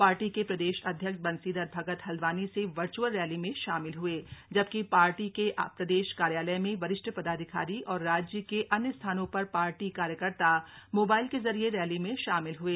party के प्रदेश अध्यक्ष बंशीधर भगत हल्दवानी से वर्च्अल रैली में शामिल हए जबकि पार्टी के प्रदेश कार्यालय में वरिष्ठ पदाधिकारी और राज्य के अन्य स्थानों पर पार्टी कार्यकर्ता मोबाइल के जरिए रैली में शामिल हए